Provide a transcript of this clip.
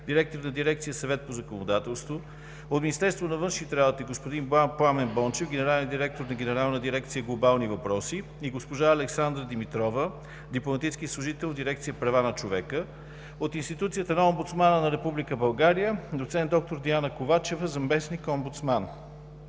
директор на дирекция „Съвет по законодателство“; от Министерството на външните работи – господин Пламен Бончев, генерален директор на Генерална дирекция „Глобални въпроси“, и госпожа Александра Димитрова, дипломатически служител в дирекция „Права на човека“; от институцията на Омбудсмана на Република България – доц. д-р Диана Ковачева, заместник-омбудсман.